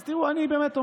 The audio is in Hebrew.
אני באמת אומר: